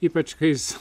ypač kai jis